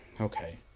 okay